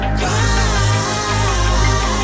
cry